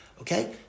Okay